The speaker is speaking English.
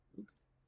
Oops